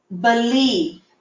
believe